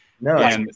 No